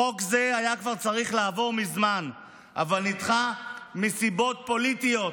חוק זה היה כבר צריך לעבור מזמן אבל נדחה מסיבות פוליטיות